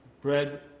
Bread